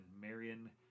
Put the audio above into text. Marion